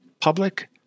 public